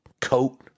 coat